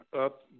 up